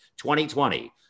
2020